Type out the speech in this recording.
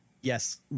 yes